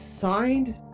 signed